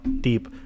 deep